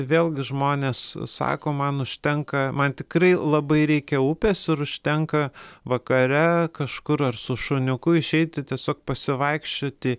vėlgi žmonės sako man užtenka man tikrai labai reikia upės ir užtenka vakare kažkur ar su šuniuku išeiti tiesiog pasivaikščioti